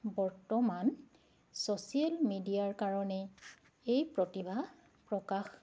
বৰ্তমান ছ'চিয়েল মিডিয়াৰ কাৰণেই এই প্ৰতিভা প্ৰকাশ